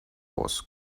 was